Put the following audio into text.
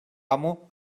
amo